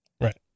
right